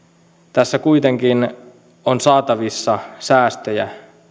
tässä kuitenkin on saatavissa säästöjä